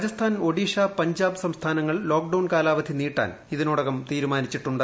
രാജസ്ഥാൻ ഒഡീഷ പഞ്ചാബ് സ്റ്റ്സ്ഥാനങ്ങൾ ലോക്ഡൌൺ കാലാവധി നീട്ടാൻ ഇതിനോടകം തീരുമാനിച്ചിട്ടുണ്ട്